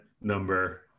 number